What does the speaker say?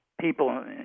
people